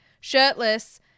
shirtless